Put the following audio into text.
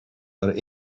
are